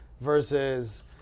versus